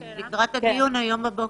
לקראת הדיון היום בבוקר.